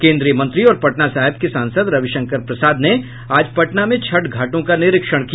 केन्द्रीय मंत्री और पटना साहिब के सांसद रविशंकर प्रसाद ने आज पटना में छठ घाटों का निरीक्षण किया